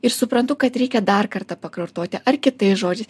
ir suprantu kad reikia dar kartą pakartoti ar kitais žodžiais